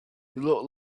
looked